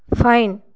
fine